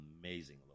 amazing